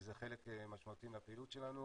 זה חלק משמעותי מהפעילות שלנו.